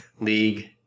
league